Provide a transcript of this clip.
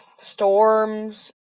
storms